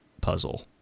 puzzle